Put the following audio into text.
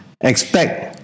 expect